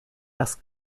das